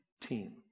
team